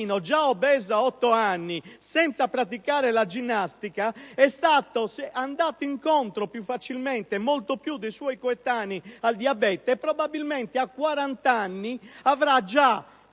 già obeso a otto anni, senza praticare la ginnastica, è andato incontro più facilmente dei suoi coetanei al diabete e probabilmente a 40 anni avrà già